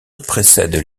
précèdent